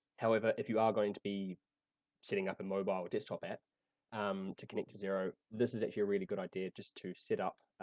however, if you are going to be setting up a and mobile or desktop app um to connect to xero, this is actually a really good idea just to set up,